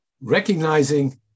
recognizing